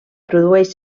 produeix